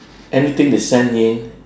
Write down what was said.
anything that's send in